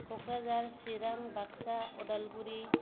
क'क्राझार सिरां बागसा अदालगुरि